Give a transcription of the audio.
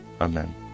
Amen